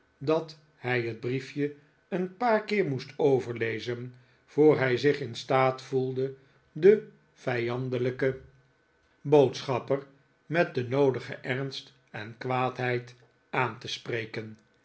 dat hij het briefje een paar keer moest overlezen voor hij zich in staat voelde den vijandelijken boodschapper met den noodigen ernst en kwaadheid aan te spreken